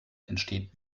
entsteht